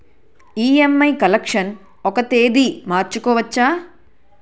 EMI collection ఒక తేదీ మార్చుకోవచ్చా?